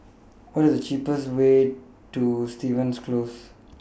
What IS The cheapest Way to Stevens Close